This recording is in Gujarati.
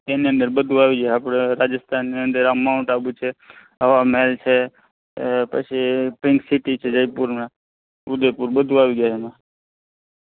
એની અંદર બધું આવી જાય આપણે રાજસ્થાનની અંદર માઉન્ટ આબુ છે હવા મહેલ છે પછી પિન્ક સિટી છે જયપુરના ઉદેપુર બધું આવી જાય એમાં